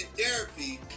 therapy